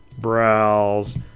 browse